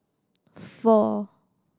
four